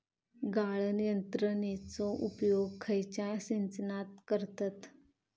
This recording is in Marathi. गाळण यंत्रनेचो उपयोग खयच्या सिंचनात करतत?